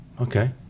okay